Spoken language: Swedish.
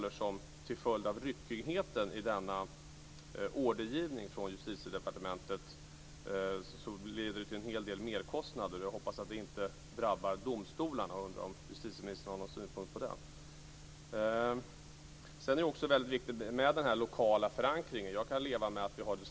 Ryckigheten i ordergivningen leder nu till en hel del merkostnader. Jag hoppas att det inte drabbar domstolarna och undrar om justitieministern har någon synpunkt på det. Den lokala förankringen är väldigt viktig.